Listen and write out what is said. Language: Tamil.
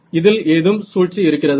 இதில் ஏதும் சூழ்ச்சி இருக்கிறதா